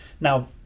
now